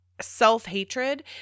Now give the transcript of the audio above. self-hatred